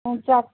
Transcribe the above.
ꯑ ꯆꯥꯛ